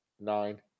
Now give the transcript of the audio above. Nine